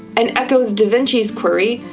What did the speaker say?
and echoes da vinci's query,